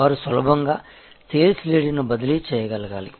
వారు సులభంగా సేల్స్ లీడ్ను బదిలీ చేయగలగాలి